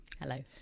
Hello